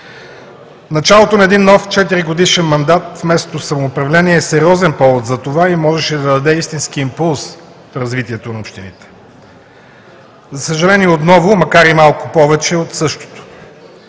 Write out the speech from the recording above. Началото на един нов четиригодишен мандат в местното самоуправление е сериозен повод за това и можеше да даде истински импулс в развитието на общините. За съжаление, отново, макар и малко повече от същото,